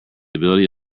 ability